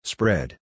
Spread